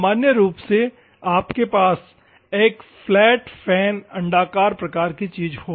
सामान्य रूप से आपके पास एक फ्लैट फैन अण्डाकार प्रकार की चीज़ होगी